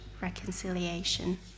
reconciliation